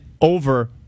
over